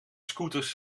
scooters